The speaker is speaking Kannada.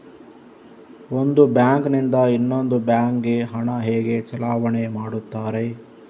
ಒಂದು ಬ್ಯಾಂಕ್ ನಿಂದ ಇನ್ನೊಂದು ಬ್ಯಾಂಕ್ ಗೆ ಹಣ ಹೇಗೆ ಚಲಾವಣೆ ಮಾಡುತ್ತಾರೆ?